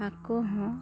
ᱟᱠᱚ ᱦᱚᱸ